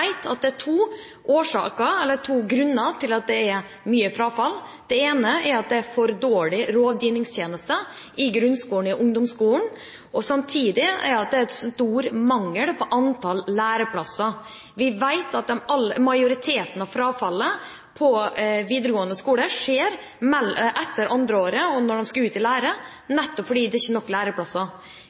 vet at det er to grunner til at det er mye frafall. Den ene er at det er for dårlig rådgivningstjeneste i grunnskolen. Samtidig er det stor mangel på antall læreplasser. Vi vet at majoriteten av frafallet på videregående skole skjer etter det andre året, når elevene skal ut i lære, nettopp fordi det ikke er nok læreplasser.